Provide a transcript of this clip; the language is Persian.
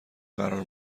قرار